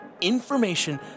information